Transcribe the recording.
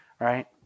right